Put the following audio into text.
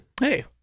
Hey